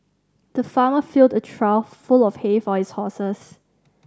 the farmer filled a trough full of hay for his horses